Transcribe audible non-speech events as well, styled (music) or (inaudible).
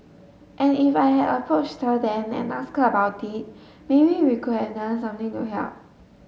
and if I had approached then and ask about it maybe we (unintelligible) could have done something to help